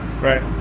Right